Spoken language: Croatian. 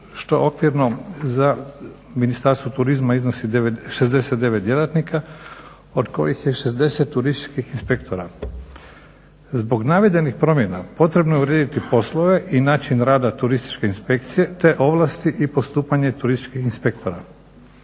što okvirno za Ministarstvo turizma iznosi 69 djelatnika od kojih je 60 turističkih inspektora. Zbog navedenih promjena potrebno je urediti poslove i način rada Turističke inspekcije te ovlasti i postupanje turističkih inspektora.